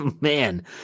man